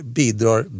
bidrar